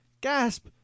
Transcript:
Gasp